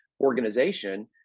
organization